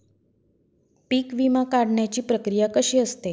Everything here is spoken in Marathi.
पीक विमा काढण्याची प्रक्रिया कशी असते?